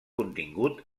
contingut